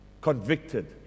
convicted